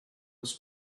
was